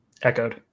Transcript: Echoed